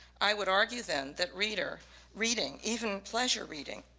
i would argue then that reader reading, even pleasure reading